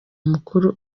mukuru